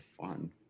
fun